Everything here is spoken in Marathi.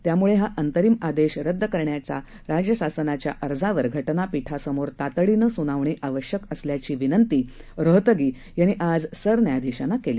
त्यामुळे हा अंतरिम आदेश रद्द करण्याच्या राज्य शासनाच्या अर्जावर घटनापिठासमोर तातडीनं सुनावणी आवश्यक असल्याची विनंती रोहतगी यांनी आज सरन्यायाधिशांना केली